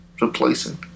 replacing